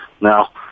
Now